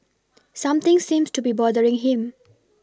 something seems to be bothering him